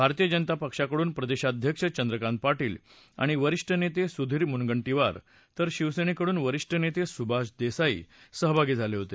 भारतीय जनता पक्षाकडून प्रदेशाध्यक्ष चंद्रकांत पार्शिल आणि वरिष्ठ नेते सुधीर मुनगंधीवार तर शिवसेनेकडून वरिष्ठ नेते सुभाष देसाई सहभागी झाले होते